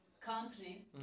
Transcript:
country